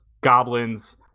goblins